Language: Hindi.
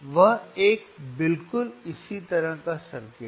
यह एक बिल्कुल इसी तरह का सर्किट है